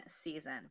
season